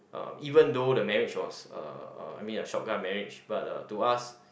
uh even though the marriage was uh I mean a shotgun marriage uh but to us